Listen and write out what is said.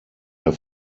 der